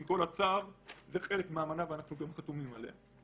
עם כל הצער, זה חלק מהאמנה ואנחנו גם חתומים עליה.